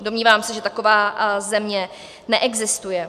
Domnívám se, že taková země neexistuje.